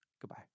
Goodbye